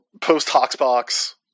post-Hoxbox